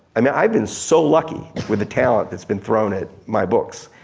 i mean i've been so lucky with the talent that's been thrown at my books.